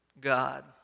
God